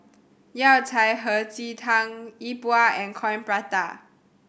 Yao Cai Hei Ji Tang Yi Bua and Coin Prata